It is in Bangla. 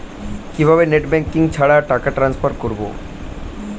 কিভাবে নেট ব্যাঙ্কিং ছাড়া টাকা ট্রান্সফার করবো?